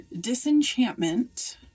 disenchantment